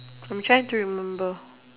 I am trying to remember